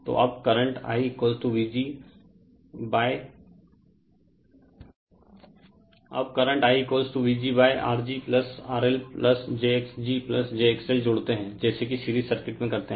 तो अब current IVg R g RL j x g j XL जोड़ते हैं जैसे कि सीरीज सर्किट में करते हैं